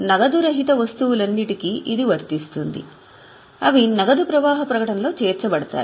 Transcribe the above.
నగదు రహిత వస్తువులన్నింటికీ ఇది వర్తిస్తుంది అవి నగదు ప్రవాహ ప్రకటనలో చేర్చబడతాయి